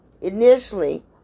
Initially